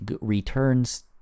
returns